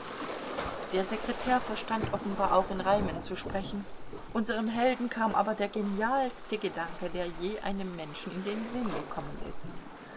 der sekretär verstand offenbar auch in reimen zu sprechen unserem helden kam aber der genialste gedanke der je einem menschen in den sinn gekommen ist